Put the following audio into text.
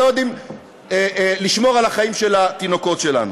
אבל לא יודעים לשמור על החיים של התינוקות שלנו.